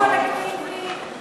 זו ענישה קולקטיבית.